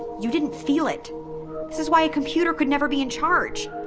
you didn't feel it. this is why a computer could never be in charge